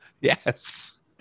Yes